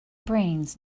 brains